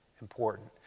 important